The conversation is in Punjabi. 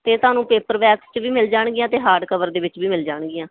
ਅਤੇ ਤੁਹਾਨੂੰ ਪੇਪਰ ਵੈਕਸ 'ਚ ਵੀ ਮਿਲ ਜਾਣਗੀਆਂ ਅਤੇ ਹਾਰਡ ਕਵਰ ਦੇ ਵਿੱਚ ਵੀ ਮਿਲ ਜਾਣਗੀਆਂ